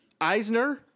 Eisner